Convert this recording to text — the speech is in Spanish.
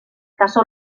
casó